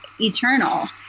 eternal